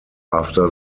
after